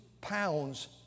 pounds